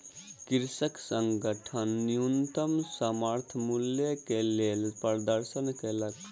कृषक संगठन न्यूनतम समर्थन मूल्य के लेल प्रदर्शन केलक